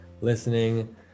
listening